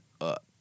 up